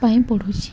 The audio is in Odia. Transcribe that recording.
ପାଇଁ ପଢ଼ୁଛି